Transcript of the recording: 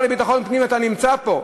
והשר לביטחון פנים, אתה נמצא פה,